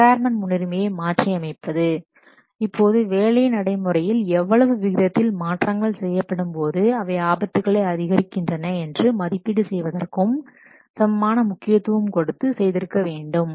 requirement முன்னுரிமையை மாற்றி அமைப்பது இப்போது வேலை நடைமுறையில் எவ்வளவு விகிதத்தில் மாற்றங்கள் செய்யப்படும்போது அவை ஆபத்துக்களை அதிகரிக்கின்றன என்று மதிப்பீடு செய்வதற்கும் சமமான முக்கியத்துவம் கொடுத்து செய்திருக்க வேண்டும்